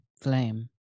flame